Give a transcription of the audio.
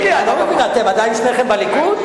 הנה, אני לא מבין, אתם עדיין שניכם בליכוד?